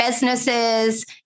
businesses